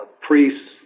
priests